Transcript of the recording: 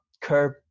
Curb